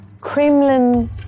Kremlin